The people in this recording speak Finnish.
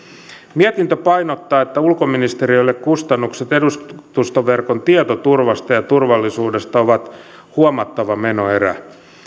mietintö painottaa että ulkoministeriölle kustannukset edustustoverkon tietoturvasta ja turvallisuudesta ovat huomattava menoerä